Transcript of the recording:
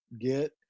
get